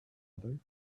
other